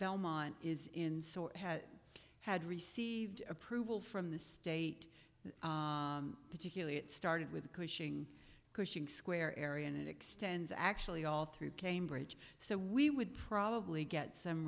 belmont is in sort of had received approval from the state particularly it started with cushing cushing square area and it extends actually all through cambridge so we would probably get some